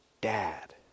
Dad